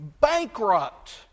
bankrupt